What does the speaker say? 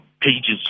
pages